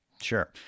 Sure